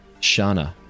Shana